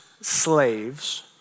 slaves